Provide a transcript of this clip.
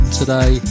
today